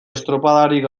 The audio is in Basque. estropadarik